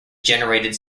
generated